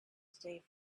today